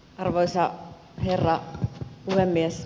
arvoisa herra puhemies